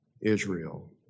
Israel